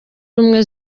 ubumwe